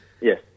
Yes